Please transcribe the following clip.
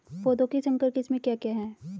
पौधों की संकर किस्में क्या क्या हैं?